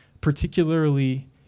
particularly